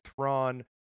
Thrawn